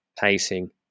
pacing